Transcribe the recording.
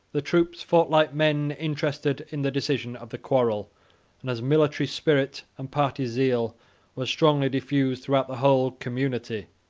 the troops fought like men interested in the decision of the quarrel and as military spirit and party zeal were strongly diffused throughout the whole community,